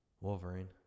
Wolverine